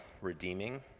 redeeming